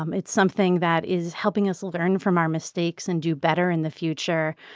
um it's something that is helping us learn from our mistakes and do better in the future.